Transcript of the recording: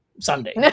Sunday